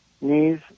knees